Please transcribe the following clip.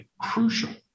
crucial